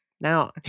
Now